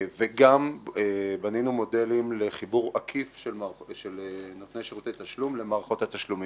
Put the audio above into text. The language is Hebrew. וגם בנינו מודלים לחיבור עקיף של נותני שירותי תשלום למערכות התשלומים.